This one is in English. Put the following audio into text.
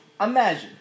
Imagine